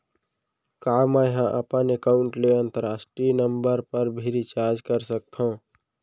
का मै ह अपन एकाउंट ले अंतरराष्ट्रीय नंबर पर भी रिचार्ज कर सकथो